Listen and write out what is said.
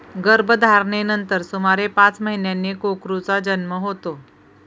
गर्भधारणेनंतर सुमारे पाच महिन्यांनी कोकरूचा जन्म होतो